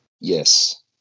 Yes